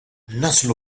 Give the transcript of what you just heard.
naslu